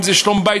אם שלום-בית,